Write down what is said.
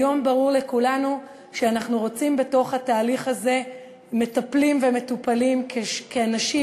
היום ברור לכולנו שאנחנו רוצים בתוך התהליך הזה מטפלים ומטופלים כאנשים